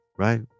Right